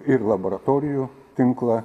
ir laboratorijų tinklą